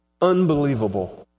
Unbelievable